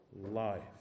life